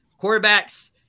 quarterbacks